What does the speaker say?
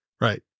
Right